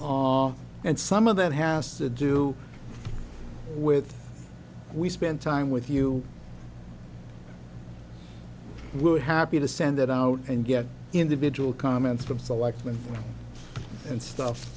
and some of that has to do with we spent time with you would happy to send it out and get individual comments from selectman and stuff